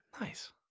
Nice